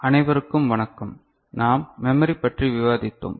அனைவருக்கும் வணக்கம் நாம் மெமரிப் பற்றி விவாதித்தோம்